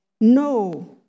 No